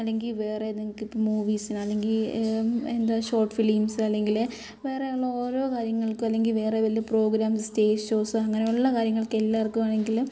അല്ലെങ്കിൽ വേറെയെന്തെങ്കിലും ഇപ്പോൾ മൂവീസിൽ അല്ലെങ്കിൽ എന്താണ് ഷോർട്ട് ഫിലിംസ് അല്ലെങ്കിൽ വേറെ ഉള്ള ഓരോ കാര്യങ്ങൾക്ക് അല്ലെങ്കിൽ വേറെ വല്ല പ്രോഗ്രാംസ് സ്റ്റേജ് ഷോസ് അങ്ങനെയുള്ള കാര്യങ്ങൾക്കെല്ലാവർക്കുവാണെങ്കിൽ